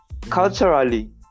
culturally